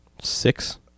six